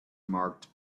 marked